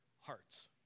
hearts